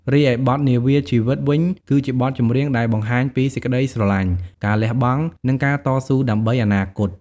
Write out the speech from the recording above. រីឯបទ នាវាជីវិត វិញ គឺជាបទចម្រៀងដែលបង្ហាញពីសេចក្តីស្រឡាញ់ ការលះបង់ និងការតស៊ូដើម្បីអនាគត។